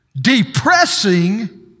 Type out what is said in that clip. depressing